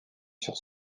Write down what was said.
sur